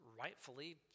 rightfully